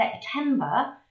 September